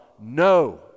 no